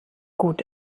gut